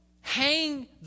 hang